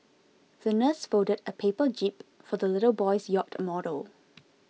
the nurse folded a paper jib for the little boy's yacht model